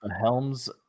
Helms